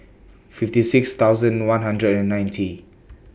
fifty six thousand one hundred and ninety